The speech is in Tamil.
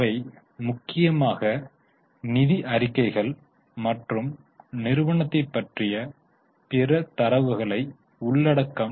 அவை முக்கியமாக நிதி அறிக்கைகள் மற்றும் நிறுவனத்தைப் பற்றிய பிற தரவுகளை உள்ளடக்கம்